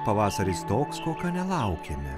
pavasaris toks kokio nelaukėme